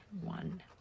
One